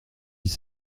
dix